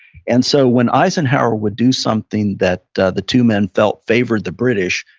and so when eisenhower would do something that the the two men felt favored the british,